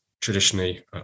traditionally